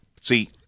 see